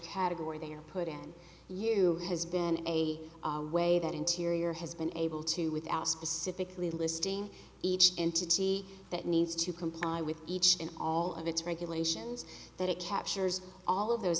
category they are put in you has been in a way that interior has been able to without specifically listing each entity that needs to comply with each and all of its regulations that it captures all of those